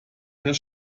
herrn